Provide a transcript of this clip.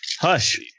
Hush